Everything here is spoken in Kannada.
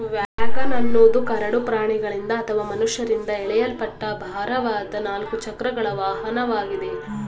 ವ್ಯಾಗನ್ ಅನ್ನೋದು ಕರಡು ಪ್ರಾಣಿಗಳಿಂದ ಅಥವಾ ಮನುಷ್ಯರಿಂದ ಎಳೆಯಲ್ಪಟ್ಟ ಭಾರವಾದ ನಾಲ್ಕು ಚಕ್ರಗಳ ವಾಹನವಾಗಿದೆ